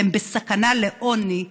והן בסכנה לעוני,